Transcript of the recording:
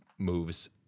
Moves